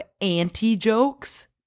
anti-jokes